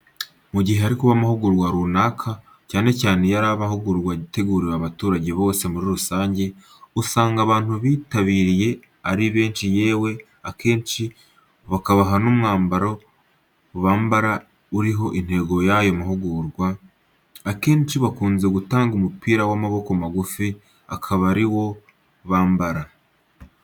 Mu gihe hari kuba amahugurwa runaka, cyane cyane iyo ari amahugurwa ateguriwe abaturage bose muri rusange, usanga abantu bitabiriye ari benshi yewe akenshi bakabaha n'umwambaro bambara uriho intego y'ayo mahugurwa, akenshi bakunze gutanga umupira w'amaboko magufi akaba ari wo bambara.